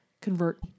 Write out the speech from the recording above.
convert